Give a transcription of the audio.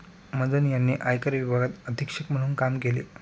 मदन यांनी आयकर विभागात अधीक्षक म्हणून काम केले